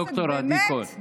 ד"ר עדי קול.